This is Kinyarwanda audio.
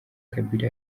kabila